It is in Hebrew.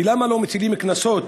ולמה לא מטילים קנסות